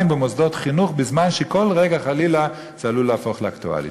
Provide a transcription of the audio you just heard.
במוסדות חינוך בזמן שכל רגע חלילה זה עלול להפוך לאקטואלי.